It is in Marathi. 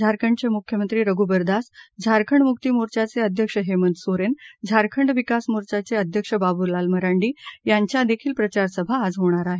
झारखंडचे मुख्यमंत्री रघुबर दास झारखंड मुक्ती मोर्चापे अध्यक्ष हेंमत सोरेन झारखंड विकास मोर्चाचे अध्यक्ष बाबूलाल मरांडी यांच्या देखील प्रचारसभा आज होणार आहेत